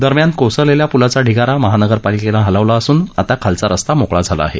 दरम्यान कोसळलेल्या पुलाचा ढिगारा महानगरपालिकेनं हलवला असून आता खालचा रस्ता मोकळा झाला आहे